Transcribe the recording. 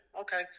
Okay